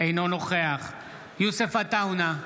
אינו נוכח יוסף עטאונה,